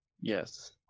Yes